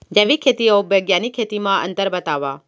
जैविक खेती अऊ बैग्यानिक खेती म अंतर बतावा?